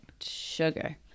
Sugar